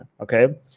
okay